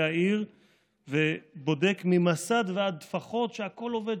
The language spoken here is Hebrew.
העיר ובודק ממסד ועד טפחות שהכול עובד,